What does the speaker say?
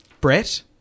Brett